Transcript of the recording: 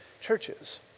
churches